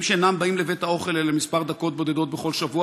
שאינם באים לבית-האוכל אלא למספר דקות בודדות בכל שבוע